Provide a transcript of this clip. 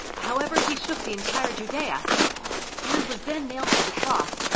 however he shook the entire judea and was then nailed to the cross,